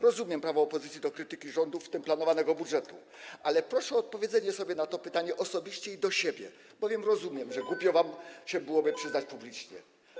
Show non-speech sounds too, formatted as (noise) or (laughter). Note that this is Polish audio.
Rozumiem prawo opozycji do krytyki rządu, w tym planowanego budżetu, ale proszę o odpowiedzenie sobie na to pytanie osobiście i do siebie, (noise) bowiem rozumiem, że byłoby wam głupio przyznać się publicznie.